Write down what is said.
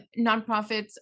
nonprofits